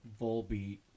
Volbeat